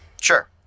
Sure